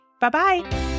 Bye-bye